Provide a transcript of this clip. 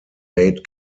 late